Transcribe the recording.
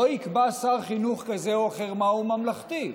לא יקבע שר חינוך כזה או אחר מהו ממלכתי,